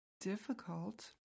difficult